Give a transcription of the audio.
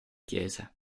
chiesa